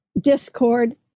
discord